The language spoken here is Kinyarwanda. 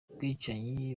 ubwicanyi